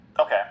Okay